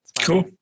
Cool